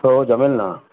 हो जमेल ना